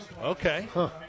Okay